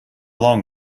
long